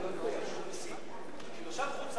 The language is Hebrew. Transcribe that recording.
כשתושב חוץ-לארץ קונה דירה בישראל,